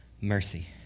mercy